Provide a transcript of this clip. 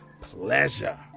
pleasure